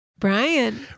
Brian